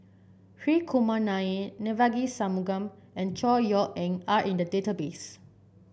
Hri Kumar Nair Devagi Sanmugam and Chor Yeok Eng are in the database